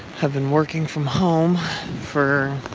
have been working from home for,